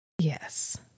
Yes